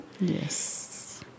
Yes